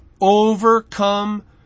overcome